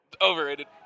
Overrated